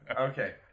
Okay